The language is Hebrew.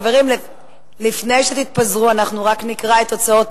ההצעה להעביר את הצעת